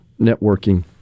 networking